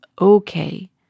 okay